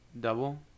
Double